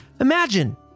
Imagine